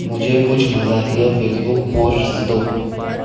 مجھے کچھ مزاحیہ فیس بک پوسٹس دو